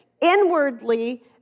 inwardly